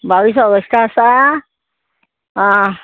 बावीस ऑगस्टा आसा आं